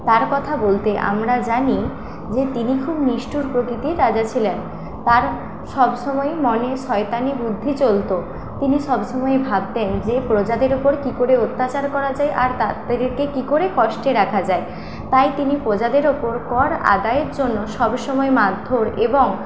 তার কথা বলতে আমরা জানি যে তিনি খুব নিষ্ঠুর প্রকৃতির রাজা ছিলেন তার সবসময়ই মনে শয়তানি বুদ্ধি চলত তিনি সবসময়ই ভাবতেন যে প্রজাদের উপর কী করে অত্যাচার করা যায় আর তাদেরকে কী করে কষ্টে রাখা যায় তাই তিনি প্রজাদের উপর কর আদায়ের জন্য সবসময় মারধোর এবং